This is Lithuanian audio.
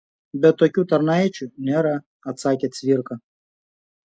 bet tokių tarnaičių nėra atsakė cvirka